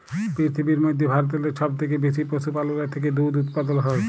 পিরথিবীর মইধ্যে ভারতেল্লে ছব থ্যাইকে বেশি পশুপাললের থ্যাইকে দুহুদ উৎপাদল হ্যয়